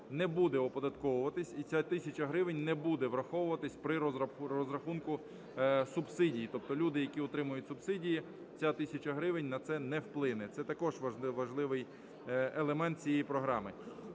не буде оподатковуватися і ця тисяча гривень не буде враховуватися при розрахунку субсидій. Тобто люди, які отримують субсидії, ця тисяча гривень на це не вплине. Це також важливий елемент цієї програми.